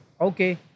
okay